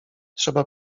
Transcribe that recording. trzeba